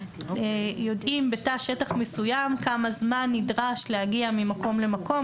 יודעים בתא שטח מסוים כמה זמן נדרש להגיע ממקום למקום